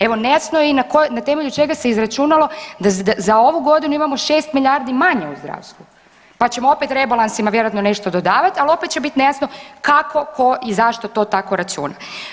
Evo nejasno je i na temelju čega se izračunalo da za ovu godinu imamo 6 milijardi manje u zdravstvu, pa ćemo opet rebalansima vjerojatno nešto dodavat, al opet će biti nejasno kako, tko i zašto to tako računa.